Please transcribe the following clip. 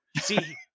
See